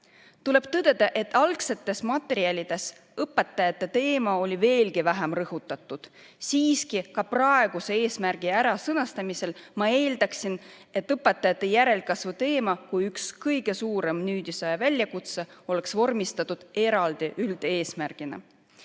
Tuleb tõdeda, et algsetes materjalides oli õpetajate teemat veelgi vähem rõhutatud. Siiski ütleksin praeguse eesmärgi sõnastamise kohta, et ma eeldaksin, et õpetajate järelkasvu teema kui üks kõige suuremaid nüüdisaja väljakutseid oleks vormistatud eraldi üldeesmärgina,